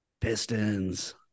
Pistons